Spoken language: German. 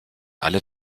alle